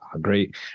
great